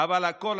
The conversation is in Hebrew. אבל הכול,